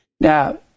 Now